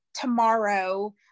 tomorrow